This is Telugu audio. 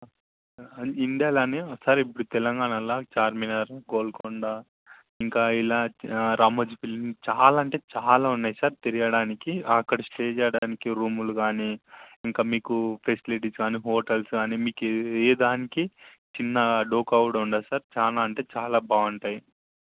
ఇండియాలాగా ఒకసారి ఇప్పుడు తెలంగాణలో చార్మినార్ గోల్కొండ ఇంకా ఇలా రామోజీ ఫిలిమ్స్ చాలా అంటే చాలా ఉన్నాయి సార్ తిరగడానికి అక్కడ స్టే చేయడానికి రూములు కానీ ఇంకా మీకు ఫెసిలిటీస్ కానీ హోటల్స్ కానీ మీకు ఏ దానికి చిన్న ఢోకా కూడా ఉండదు సార్ చాలా అంటే చాలా బాగుంటాయి